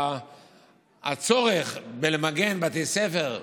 לגבי הצורך למגן בתי ספר,